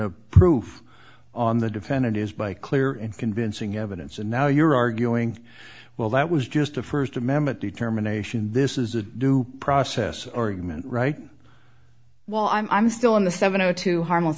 of proof on the defendant is by clear and convincing evidence and now you're arguing well that was just a first amendment determination this is a due process argument right while i'm still on the seven o two harmless